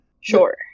Sure